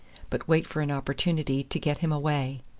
but wait for an opportunity to get him away.